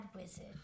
wizard